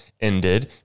ended